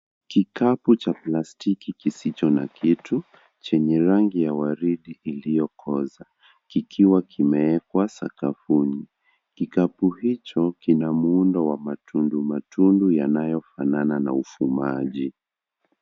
Kikapu cha plastiki kisicho na kitu, chenye rangi ya waridi iliyokoza, kikiwa kimeekwa sakafuni. Kikapu hicho kina muundo wa matundu matundu yanayofanana na ufumaji.